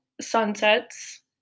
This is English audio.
sunsets